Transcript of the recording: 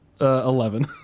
eleven